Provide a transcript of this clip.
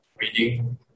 reading